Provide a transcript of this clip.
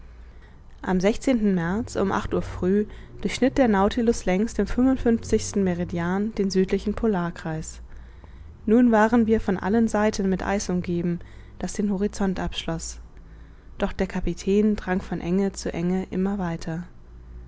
am märz um acht uhr früh durchschnitt der nautilus längs dem fünfundfünfzigsten meridian den südlichen polarkreis nun waren wir von allen seiten mit eis umgeben das den horizont abschloß doch der kapitän drang von enge zu enge immer weiter